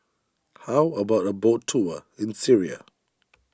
how about a boat tour in Syria